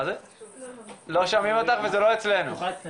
קודם כל גם אני צריך להתאושש ובעוד חצי